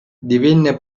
divenne